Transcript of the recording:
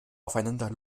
aufeinander